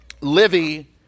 Livy